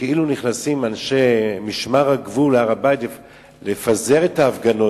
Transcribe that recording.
שכאילו אנשי משמר הגבול נכנסים להר-הבית לפזר את ההפגנות.